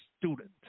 student